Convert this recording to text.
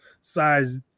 size